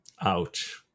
Ouch